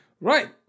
Right